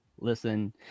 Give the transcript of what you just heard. Listen